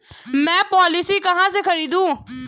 मैं पॉलिसी कहाँ से खरीदूं?